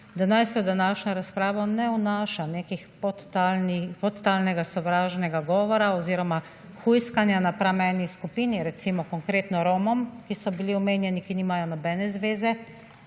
da naj se v današnjo razpravo ne vnaša nekih podtalnega sovražnega govora oziroma hujskanja napram eni skupini recimo konkretno Romom, ki so bili omenjeni, ki nimajo nobene zveze